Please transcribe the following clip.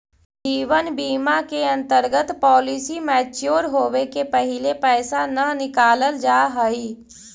जीवन बीमा के अंतर्गत पॉलिसी मैच्योर होवे के पहिले पैसा न नकालल जाऽ हई